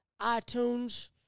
iTunes